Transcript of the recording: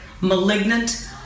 malignant